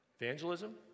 Evangelism